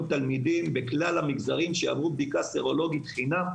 תלמידים בכלל המגזרים שעברו בדיקה סרולוגית חינם,